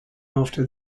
after